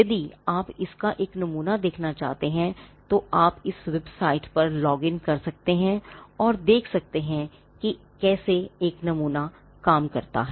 यदि आप इसका एक नमूना देखना चाहते हैं तो आप इस वेबसाइट पर लॉग इन कर सकते हैं और देख सकते हैं कि कैसे एक नमूना काम करता है